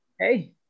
Hey